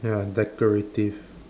ya decorative